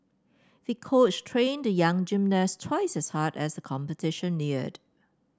the coach trained the young gymnast twice as hard as the competition neared